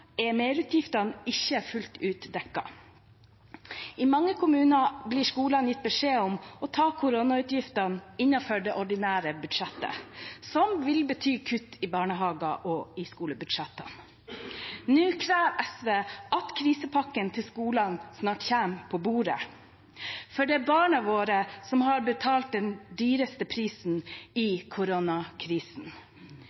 er merutgiftene ikke fullt ut dekket. I mange kommuner blir skolene gitt beskjed om å ta koronautgiftene innenfor det ordinære budsjettet, som vil bety kutt i barnehage- og skolebudsjettene. Nå krever SV at krisepakken til skolene snart kommer på bordet, for det er barna våre som har betalt den høyeste prisen i